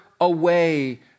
away